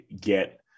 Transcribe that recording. get